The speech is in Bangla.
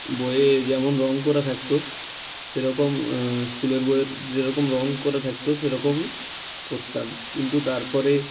বইয়ে যেমন রং করা থাকত সেরকম স্কুলের বইয়ের যেরকম রং করা থাকত সেরকমই করতাম কিন্তু তারপরে